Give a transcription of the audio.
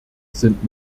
sind